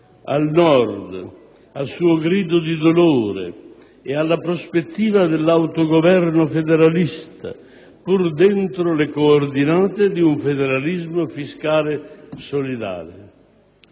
al Nord, al suo grido di dolore e alla prospettiva dell'autogoverno federalista, pur dentro le coordinate di un federalismo fiscale solidale